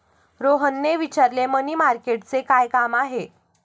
रोहनने विचारले, मनी मार्केटचे काय काम आहे?